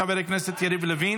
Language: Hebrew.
חברת הכנסת שטרית, אנא.